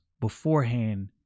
beforehand